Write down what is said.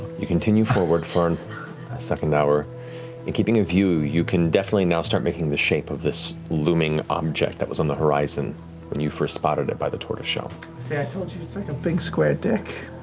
you continue forward for and a second hour and keeping a view, you can definitely now start making the shape of this looming object that was on the horizon when you first spotted it by the tortoise shell. sam see i told you it's like a big, square dick.